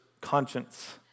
conscience